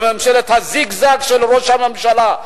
בממשלת הזיגזג של ראש הממשלה,